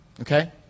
Okay